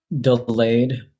delayed